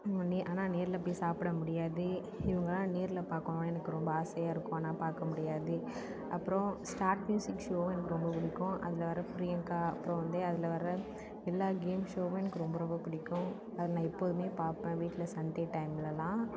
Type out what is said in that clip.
ஆனால் நேரில் போய் சாப்பிட முடியாது இவங்களாம் நேரில் பாக்கணும்னு எனக்கு ரொம்ப ஆசையாக இருக்கும் ஆனால் பார்க்க முடியாது அப்றம் ஸ்டார்ட் மியூசிக் ஷோவும் எனக்கு ரொம்ப பிடிக்கும் அதில் வர பிரியங்கா அப்றம் வந்து அதில் வர எல்லா கேம் ஷோவும் எனக்கு ரொம்ப ரொம்ப பிடிக்கும் அதில் நான் எப்பயுமே பாப்பேன் வீட்டில் சண்டே டைம்லலாம்